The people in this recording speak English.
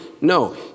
No